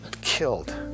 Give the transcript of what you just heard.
killed